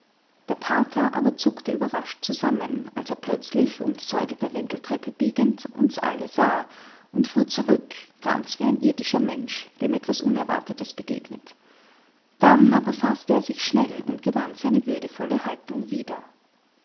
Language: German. der pater aber zuckte überrascht zusammen als er plötzlich um die säule der wendeltreppe biegend uns alle sah und fuhr zurück ganz wie ein irdischer mensch dem etwas unerwartetes begegnet dann aber faßte er sich schnell und gewann seine würdevolle haltung wieder